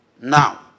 now